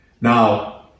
Now